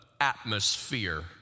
atmosphere